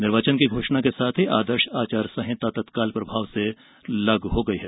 निर्वाचन की घोषणा के साथ ही आदर्श आचार संहिता तत्काल प्रभाव से लागू हो गई है